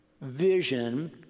vision